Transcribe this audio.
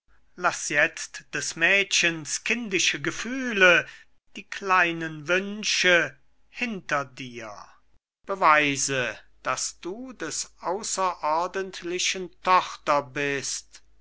laß jetzt des mädchens kindische gefühle die kleinen wünsche hinter dir beweise daß du des außerordentlichen tochter bist